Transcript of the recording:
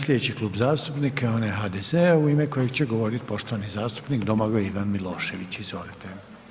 Slijedeći Klub zastupnika je onaj HDZ-a u ime kojeg će govorit poštovani zastupnik Domagoj Ivan Milošević, izvolite.